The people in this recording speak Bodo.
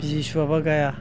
बिजि सुवाब्ला गाया